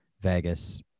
Vegas